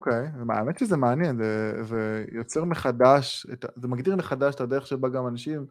אוקיי, האמת שזה מעניין, זה יוצר מחדש, זה מגדיר מחדש את הדרך שבה גם אנשים...